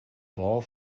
bahn